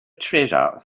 treasure